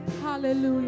Hallelujah